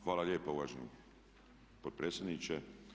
Hvala lijepa uvaženi potpredsjedniče.